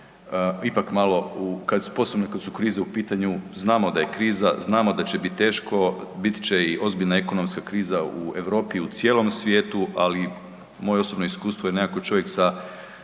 ipak malo, posebno kad su krize u pitanju znamo da je kriza, znamo da će biti teško, bit će i ozbiljna ekonomska kriza u Europi i u cijelom svijetu, ali moje osobno iskustvo je nekako čovjek sa